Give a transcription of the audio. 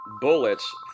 bullets